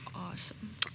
Awesome